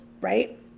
right